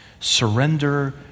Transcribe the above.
Surrender